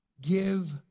give